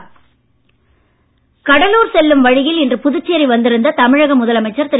எடப்பாடி கடலூர் செல்லும் வழியில் இன்று புதுச்சேரி வந்திருந்த தமிழக முதலமைச்சர் திரு